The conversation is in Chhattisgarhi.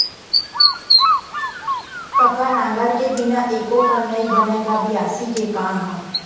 कका नांगर के बिना एको कन नइ बनय गा बियासी के काम ह?